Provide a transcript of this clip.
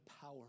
power